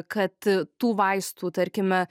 kad tų vaistų tarkime